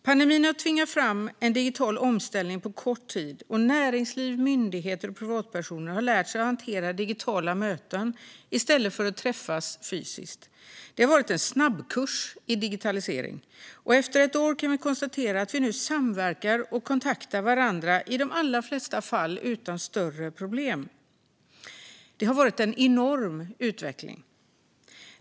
Pandemin har tvingat fram en digital omställning på kort tid, och näringsliv, myndigheter och privatpersoner har lärt sig att hantera digitala möten i stället för att träffas fysiskt. Det har varit en snabbkurs i digitalisering, och efter ett år kan vi konstatera att vi i de allra flesta fall samverkar och kontaktar varandra utan större problem. Det har varit en enorm utveckling.